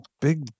big